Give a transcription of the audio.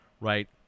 right